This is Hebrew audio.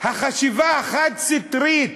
החשיבה החד-סטרית,